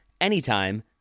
anytime